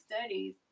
studies